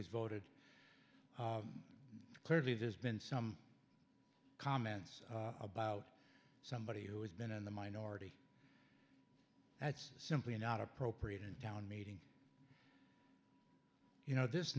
has voted clearly there's been some comments about somebody who has been in the minority that's simply not appropriate and town meeting you know this